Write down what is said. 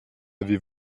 avez